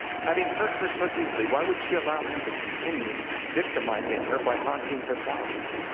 having hurt her so deeply, why would she allow him to continue victimizing her by haunting her thoughts?